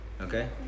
Okay